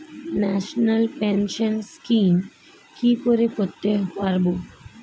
National pension scheme কি করে করতে পারব?